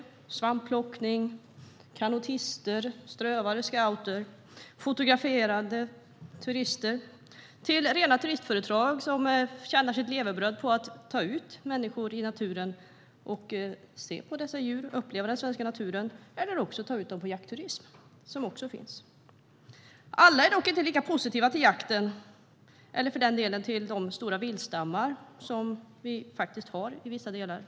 Det är alltifrån svampplockare, kanotister, strövare, scouter och fotograferande turister till rena turistföretag som tjänar sitt levebröd på att ta ut människor i naturen för att se på djuren och uppleva den svenska naturen. Det finns också företag som tar ut människor på jaktturism. Alla är dock inte lika positiva till jakten eller, för den delen, till de stora viltstammar som vi har i vissa delar av landet.